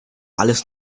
alles